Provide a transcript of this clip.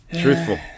truthful